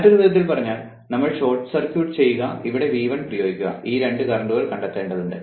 മറ്റൊരു വിധത്തിൽ പറഞ്ഞാൽ നമ്മൾ ഷോർട്ട് സർക്യൂട്ട് ചെയ്യുക ഇവിടെ V1 പ്രയോഗിക്കുക ഈ രണ്ട് കറന്റ്കൾ കണ്ടെത്തേണ്ടതുണ്ട്